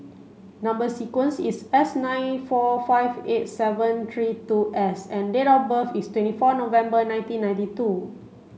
number sequence is S nine four five eight seven three two S and date of birth is twenty four November nineteen ninety two